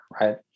Right